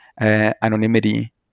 anonymity